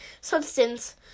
substance